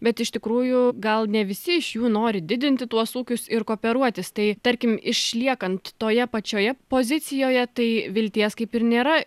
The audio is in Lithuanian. bet iš tikrųjų gal ne visi iš jų nori didinti tuos ūkius ir kooperuotis tai tarkim išliekant toje pačioje pozicijoje tai vilties kaip ir nėra